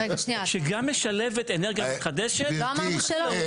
שגם משלב אנרגיה מתחדשת --- לא אמרנו שלא.